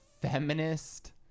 feminist